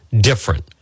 different